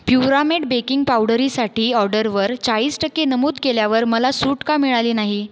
प्युरामेट baking पावडरीसाठी ऑडरवर चाळीस टक्के नमूद केल्यावर मला सूट का मिळाली नाही